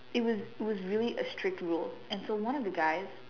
it was it was really a strict rule and so one of the guys